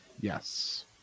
Yes